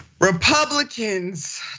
Republicans